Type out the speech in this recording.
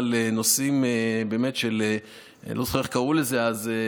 אני לא זוכר איך קראו לזה אז,